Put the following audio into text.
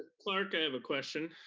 clark, i have question.